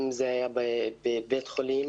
אם זה בבית חולים